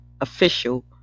official